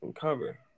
cover